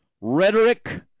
rhetoric